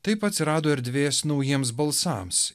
taip atsirado erdvės naujiems balsams